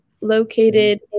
located